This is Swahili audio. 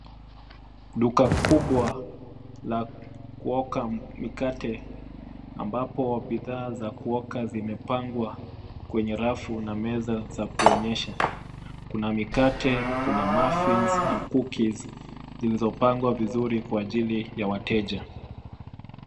Duka kubwa la kuoka mikate, ambapo bidhaa za kuoka zimepangwa kwenye rafu na meza za kuonyesha. Kuna mikate, kuna muffins , na cookies zilizo pangwa vizuri kwa ajili ya wateja.